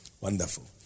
Wonderful